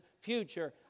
future